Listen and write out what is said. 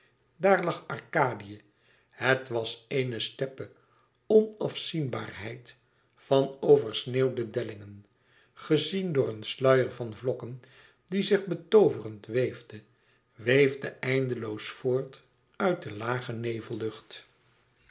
daar lag arkadië het was éene steppe onafzienbaarheid van oversneeuwde dellingen gezien door een sluier van vlokken die zich betooverd weefde weefde eindeloos voort uit de lage nevelenlucht